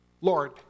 Lord